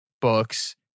books